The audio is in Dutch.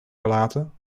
gelaten